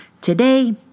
Today